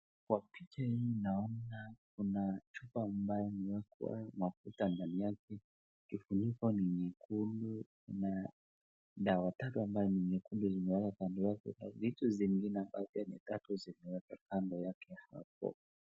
Kwa picha naona kuna chupa ambayo imeekwa mafuta ndani yake, kifuniko ni nyekundu na dawa tatu ambaye ni nyekundu zimeekwa kando yake. Vitu zingine ambazo ni tatu zimeekwa kando yake.